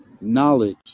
knowledge